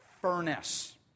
furnace